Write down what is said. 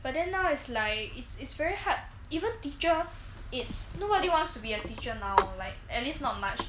but then now is like it's it's very hard even teacher is nobody wants to be a teacher now like at least not much